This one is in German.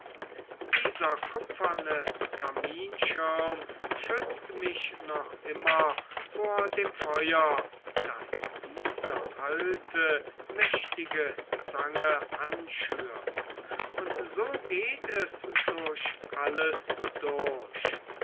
dieser kupferne kaminschirm schützt mich noch immer vor dem feuer das diese alte mächtige zange anschürt und so geht es durch alles durch